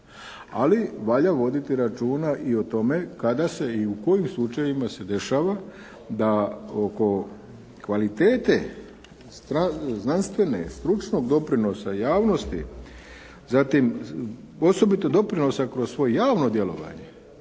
Ali valja voditi računa i o tome kada se i u kojim slučajevima se dešava da oko kvalitete znanstvene, stručnog doprinosa i javnosti, zatim osobito doprinosa kroz svoje javno djelovanje